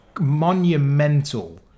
monumental